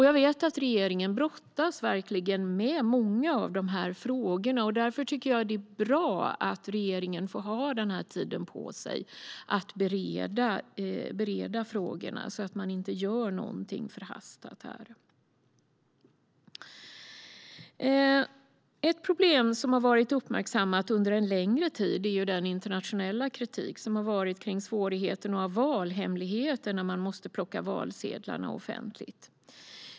Jag vet att regeringen verkligen brottas med många av dessa frågor. Därför tycker jag att det är bra att regeringen får ha den här tiden på sig att bereda frågorna så att man inte gör någonting förhastat. Ett problem som varit uppmärksammat under en längre tid är den internationella kritik som har gällt svårigheten att ha valhemlighet när man måste plocka valsedlarna offentligt.